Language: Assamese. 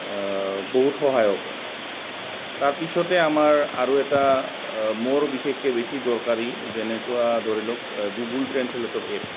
বহুত সহায়ক হয় তাৰ পিছতে আমাৰ আৰু এটা মোৰ বিশেষকৈ বেছি দৰকাৰী যেনেকুৱা ধৰি লওক গুগুল ট্ৰেঞ্চলেটৰ এপ